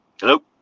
Hello